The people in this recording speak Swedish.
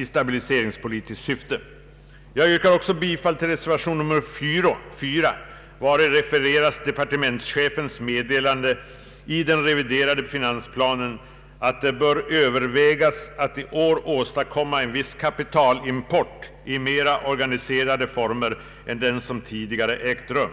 i stabiliseringspolitiskt syfte. Jag kommer också att yrka bifall till reservation 4 a, vari refereras departementschefens meddelande i den reviderade finansplanen att det bör övervägas att i år åstadkomma en viss kapitalim Ang. den ekonomiska politiken, m.m. port i mera organiserade former än den som tidigare ägt rum.